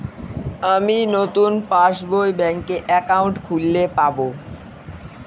আমি নতুন পাস বই কিভাবে পাব?